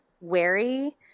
wary